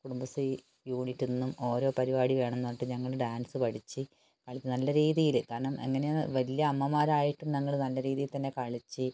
കുടുംബശ്രീ യൂണിറ്റിൽ നിന്നും ഓരോ പരിപാടി വേണം എന്ന് പറഞ്ഞിട്ട് ഞങ്ങൾ ഡാൻസ് പഠിച്ച് നല്ല രീതിയിൽ കാരണം അങ്ങനെ വലിയ അമ്മമാരായിട്ടും ഞങ്ങൾ നല്ല രീതിയിൽ തന്നെ കളിച്ച്